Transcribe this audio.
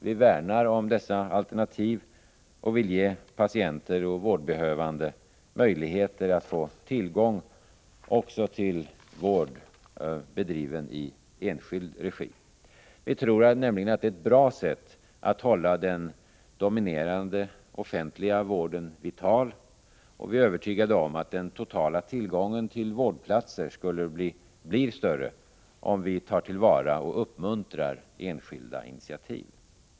Vi värnar om dessa alternativ och vill ge patienter och vårdbehövande möjligheter att få tillgång också till vård bedriven i enskild regi. Vi tror nämligen att det är ett bra sätt att hålla den dominerande offentliga vården vital, och vi är övertygade om att den totala tillgången på vårdplatser blir större om vi tar till vara och uppmuntrar enskilda initiativ.